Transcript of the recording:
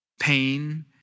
pain